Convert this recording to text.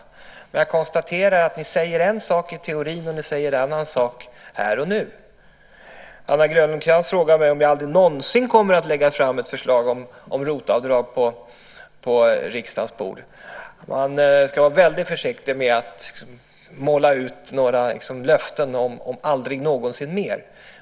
Men jag konstaterar att ni säger en sak i teorin och att ni säger en annan sak här och nu. Anna Grönlund Krantz frågade mig om jag aldrig någonsin kommer att lägga fram ett förslag om ROT-avdrag på riksdagens bord. Man ska vara väldigt försiktig med att måla ut några löften om att man aldrig någonsin mer ska göra något.